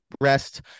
rest